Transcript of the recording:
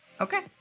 Okay